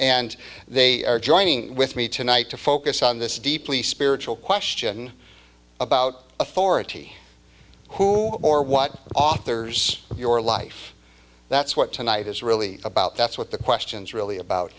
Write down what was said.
and they are joining with me tonight to focus on this deeply spiritual question about authority who or what authors your life that's what tonight is really about that's what the questions really about